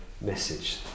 message